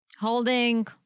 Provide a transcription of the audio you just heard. Holding